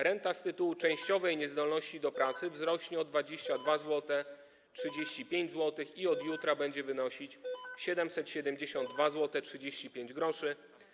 Renta z tytułu częściowej niezdolności do pracy wzrośnie o 22,35 zł i od jutra będzie wynosić 772,35 zł.